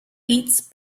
eats